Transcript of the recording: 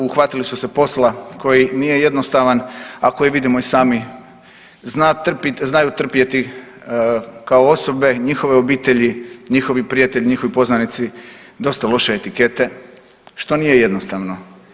Uhvatili su se posla koji nije jednostavan, a koji vidimo i sami znaju trpjeti kao osobe, njihove obitelji, njihovi prijatelji, njihovi poznanici dosta loše etikete što nije jednostavno.